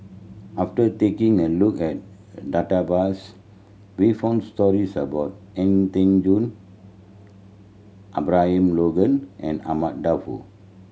after taking a look at database we found stories about An Tan Juan Abraham Logan and Ahmad Daud